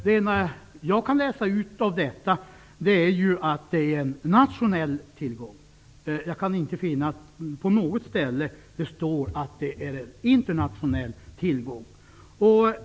Det enda jag kan läsa ut av detta är att det är en nationell tillgång. Jag kan inte finna att det på något ställe står att det är en internationell tillgång.